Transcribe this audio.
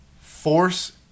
force